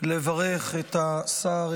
לברך את השר,